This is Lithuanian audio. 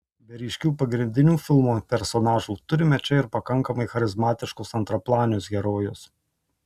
be ryškių pagrindinių filmo personažų turime čia ir pakankamai charizmatiškus antraplanius herojus